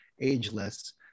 ageless